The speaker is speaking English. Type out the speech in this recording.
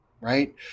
Right